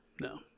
No